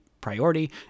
priority